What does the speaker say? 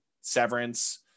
Severance